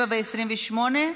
27 ו-28?